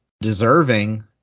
deserving